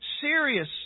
serious